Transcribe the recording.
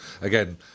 again